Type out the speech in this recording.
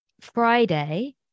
Friday